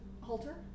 Halter